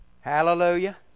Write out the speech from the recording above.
Hallelujah